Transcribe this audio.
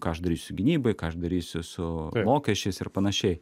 ką aš darysiu gynybai ką aš darysiu su mokesčiais ir panašiai